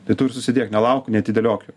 tai tu ir susidiek nelauk neatidėliok jų